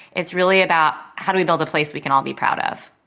it's really about, how do we build a place we can all be proud of?